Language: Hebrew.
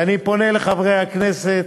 ואני פונה לחברי הכנסת,